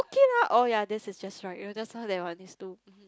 okay lah oh ya this is just right your just now that one is too